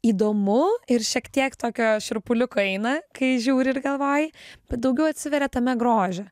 įdomu ir šiek tiek tokio šiurpuliuko eina kai žiūri ir galvoji bet daugiau atsiveria tame grožio